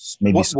Maybe-